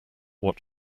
what